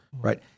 right